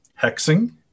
hexing